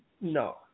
No